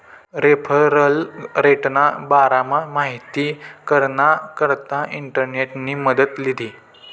referral रेटना बारामा माहिती कराना करता इंटरनेटनी मदत लीधी